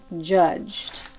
judged